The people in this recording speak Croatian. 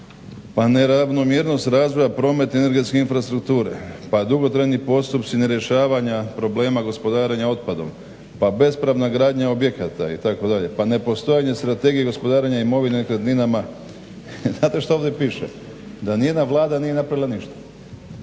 pa neravnomjernost razvoja promet, energetske infrastrukture, pa dugotrajni postupci nerješavanja problema gospodarenja otpadom, pa bespravna gradnja objekata itd., pa nepostojanje Strategije gospodarenjem imovine, nekretninama. I znate šta ovdje piše? Da nijedna vlada nije napravila ništa.